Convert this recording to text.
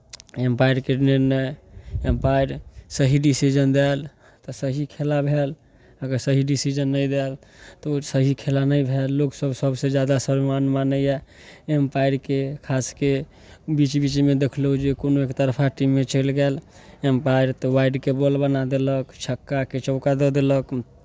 umpire के निर्णय umpire सही डिसीजन देल तऽ सही खेला भेल अगर सही डिसीजन नहि देल तऽ ओ सही खेला नहि भेल लोकसभ सभसँ ज्यादा सर्वमान्य मानैए एम्पायरके खासके बीच बीचमे देखलहुँ जे कोनो एक तरफा टीममे चलि गेल एम्पायर तऽ वाइडकेँ बॉल बना देलक छक्काकेँ चौका दऽ देलक